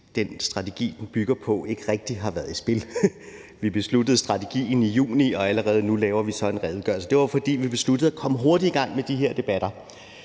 den strategi, som den bygger på, ikke rigtig har været i spil. Vi besluttede strategien i juni, og allerede nu laver vi så en redegørelse. Det var, fordi vi besluttede at komme hurtigt i gang med de her debatter.